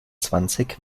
zwanzig